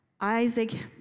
Isaac